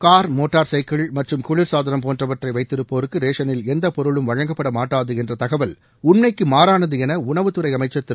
car motorcycle மற்றும் குளிர்சாதனம் போன்றவற்றை வைத்திருப்போருக்கு ரேஷனில் எந்தப் பொருளும் வழங்கப்படமாட்டாது என்ற தகவல் உண்மைக்கு மாறானது என உணவுத்துறை அமைச்சர் திரு